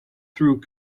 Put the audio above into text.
through